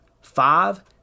five